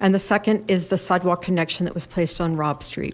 and the second is the sidewalk connection that was placed on rob street